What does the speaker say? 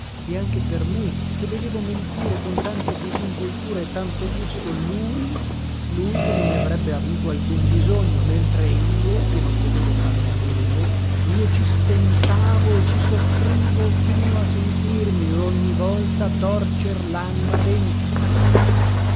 e anche per me che vedevo mentire con tanta disinvoltura e tanto gusto lui lui che non ne avrebbe avuto alcun bisogno mentre io che non potevo farne a meno io ci stentavo e ci soffrivo fino a sentirmi ogni volta torcer lanima dentro